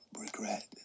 regret